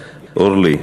אורלי,